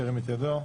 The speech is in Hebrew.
שירים את ידו.